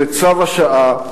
זה צו השעה,